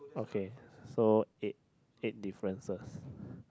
okay so eight eight differences